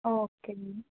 okay